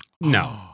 No